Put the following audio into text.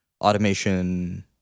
automation